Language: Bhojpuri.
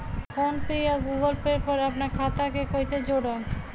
फोनपे या गूगलपे पर अपना खाता के कईसे जोड़म?